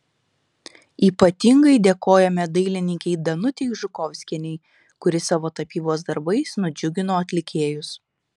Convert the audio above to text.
ypatingai dėkojame dailininkei danutei žukovskienei kuri savo tapybos darbais nudžiugino atlikėjus